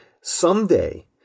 someday